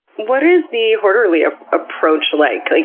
what is the horderly ah approach like like?